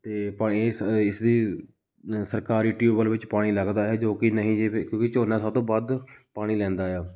ਅਤੇ ਇਸ ਇਸਦੀ ਸਰਕਾਰੀ ਟਿਊਬਵੈਲ ਵਿੱਚ ਪਾਣੀ ਲੱਗਦਾ ਹੈ ਜੋ ਕਿ ਨਹੀਂ ਜੇ ਕਿਉਂਕਿ ਝੋਨਾ ਸਭ ਤੋਂ ਵੱਧ ਪਾਣੀ ਲੈਂਦਾ ਆ